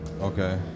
Okay